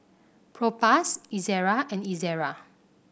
Propass Ezerra and Ezerra